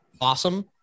awesome